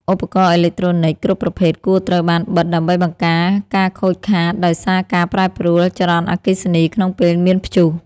ឧបករណ៍អេឡិចត្រូនិចគ្រប់ប្រភេទគួរត្រូវបានបិទដើម្បីបង្ការការខូចខាតដោយសារការប្រែប្រួលចរន្តអគ្គិសនីក្នុងពេលមានព្យុះ។